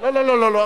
לא לא לא,